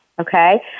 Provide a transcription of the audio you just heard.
Okay